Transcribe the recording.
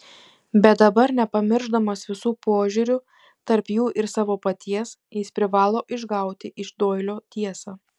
bet dabar nepamiršdamas visų požiūrių tarp jų ir savo paties jis privalo išgauti iš doilio tiesą